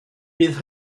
bydd